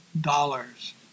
dollars